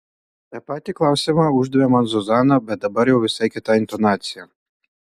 tą patį klausimą uždavė man zuzana bet dabar jau visai kita intonacija